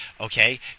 Okay